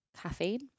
caffeine